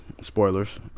spoilers